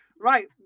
Right